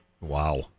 Wow